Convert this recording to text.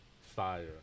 Fire